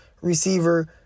receiver